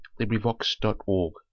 LibriVox.org